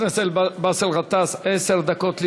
חבר הכנסת באסל גטאס, עשר דקות לרשותך.